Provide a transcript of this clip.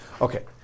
okay